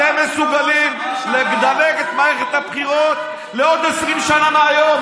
אתם מסוגלים לדלג את מערכת הבחירות לעוד 20 שנה מהיום,